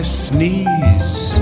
sneeze